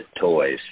toys